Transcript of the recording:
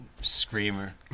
Screamer